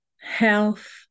health